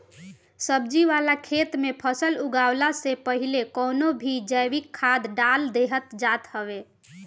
सब्जी वाला खेत में फसल उगवला से पहिले कवनो भी जैविक खाद डाल देहल जात हवे